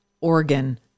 organ